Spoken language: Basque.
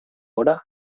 gora